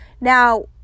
Now